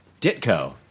Ditko